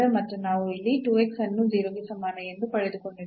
ಮತ್ತು ನಾವು ಇಲ್ಲಿ ಅನ್ನು 0 ಗೆ ಸಮಾನ ಎಂದು ಪಡೆದುಕೊಂಡಿದ್ದೇವೆ